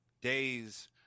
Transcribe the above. Days